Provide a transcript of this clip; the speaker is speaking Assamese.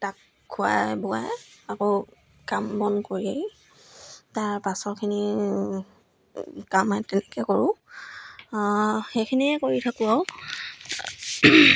তাক খুৱাই বোৱাই আকৌ কাম বন কৰিয়েই তাৰ পাছৰখিনি কাম আৰু তেনেকৈ কৰোঁ সেইখিনিয়ে কৰি থাকোঁ আৰু